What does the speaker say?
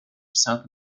south